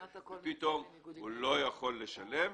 ופתאום הוא לא יכול לשלם,